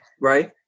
right